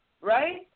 right